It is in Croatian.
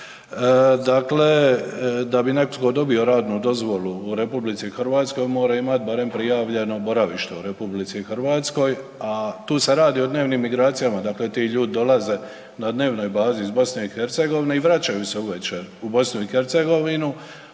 dakle da bi netko dobio radnu dozvolu u RH, mora imat barem prijavljeno boravište u RH a tu se radi o dnevnim migracijama, dakle ti ljudi dolaze na dnevnoj bazi iz BiH-a i vraćaju se uvečer u BiH, prema